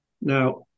now